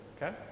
Okay